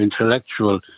intellectual